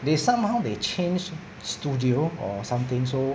they somehow they change studio or something so